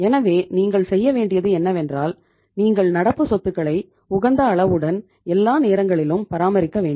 எனவே நீங்கள் செய்ய வேண்டியது என்னவென்றால் நீங்கள்நடப்பு சொத்துக்களை உகந்த அளவுடன் எல்லா நேரங்களிலும் பராமரிக்க வேண்டும்